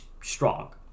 strong